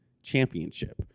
championship